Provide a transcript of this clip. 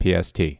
PST